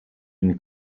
une